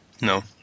No